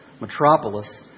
metropolis